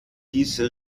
diese